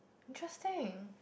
interesting